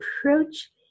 approach